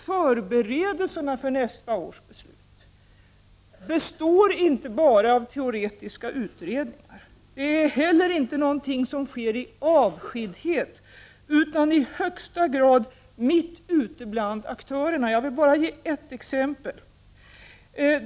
Förberedelserna för nästa års beslut består inte bara av teoretiska utredningar. Det är heller inte något som sker i avskildhet. De förberedelserna sker i högsta grad ute bland aktörerna. Jag vill ge bara ett exempel.